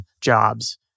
jobs